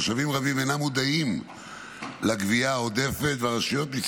תושבים רבים אינם מודעים לגבייה העודפת,